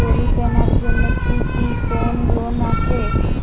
গরু কেনার জন্য কি কোন লোন আছে?